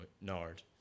nard